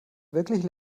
wirklich